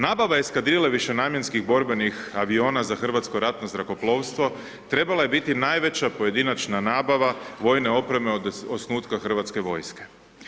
Nabava eskadrile višenamjenskih borbenih aviona za Hrvatsko ratno zrakoplovstvo, trebala je biti najveća pojedinačna nabava vojne opreme od osnutka Hrvatske vojske.